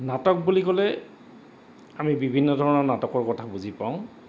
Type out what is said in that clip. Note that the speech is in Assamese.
নাটক বুলি ক'লে আমি বিভিন্ন ধৰণৰ নাটকৰ কথা বুজি পাওঁ